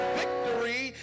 victory